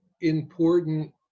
important